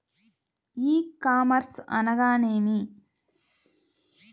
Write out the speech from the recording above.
ఈ కామర్స్ అనగానేమి?